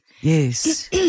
Yes